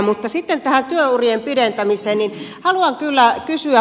mutta sitten tähän työurien pidentämiseen